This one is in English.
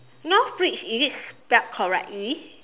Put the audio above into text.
North bridge is it spelled correctly